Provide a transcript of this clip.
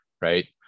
right